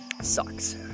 sucks